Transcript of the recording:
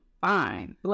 fine